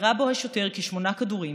ירה בו השוטר כשמונה כדורים,